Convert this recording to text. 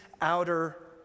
outer